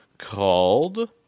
called